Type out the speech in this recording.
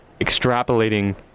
extrapolating